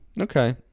okay